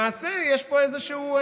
למעשה, יש פה איזשהו,